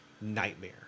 nightmare